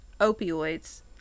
opioids